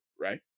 right